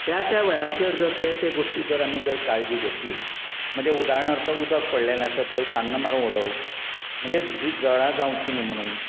त्या त्या वेळाचेर जर ते ते गोश्टी जर आमी जर काळजी घेतली म्हणजे उदारणार्थ आतां उदक पडलेंलें आसत थंय सान्न मारून उडोवप म्हणजे जळारा जावचीं न्ही म्हणून